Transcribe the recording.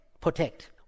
Protect